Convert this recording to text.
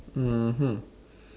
mmhmm